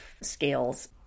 scales